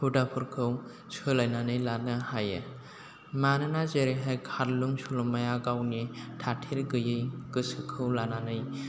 हुदाफोरखौ सोलायनानै लानो हायो मानोना जेरैहाय खारलुं सल'माया गावनि थाथेर गोयै गोसोखौ लानानै